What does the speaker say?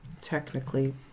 technically